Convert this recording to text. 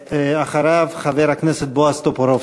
אחריו, חבר הכנסת בועז טופורובסקי.